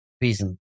reason